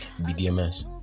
BDMS